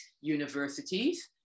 universities